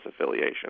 affiliation